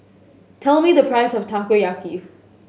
tell me the price of Takoyaki